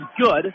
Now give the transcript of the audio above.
good